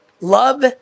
Love